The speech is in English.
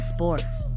Sports